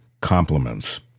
compliments